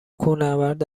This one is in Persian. کوهنورد